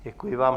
Děkuji vám.